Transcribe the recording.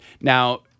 Now